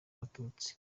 abatutsi